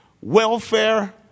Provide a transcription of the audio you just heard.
welfare